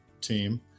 team